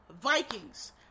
Vikings